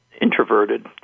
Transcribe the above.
introverted